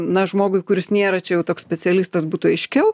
na žmogui kuris nėra čia jau toks specialistas būtų aiškiau